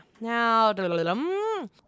Now